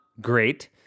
great